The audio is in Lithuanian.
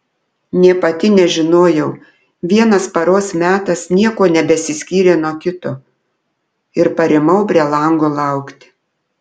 nė pati nežinojau vienas paros metas niekuo nebesiskyrė nuo kito ir parimau prie lango laukti